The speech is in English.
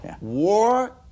War